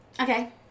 Okay